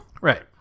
Right